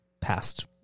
past